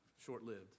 short-lived